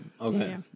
okay